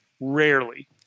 Rarely